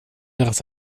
daraus